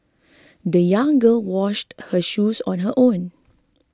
the young girl washed her shoes on her own